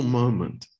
moment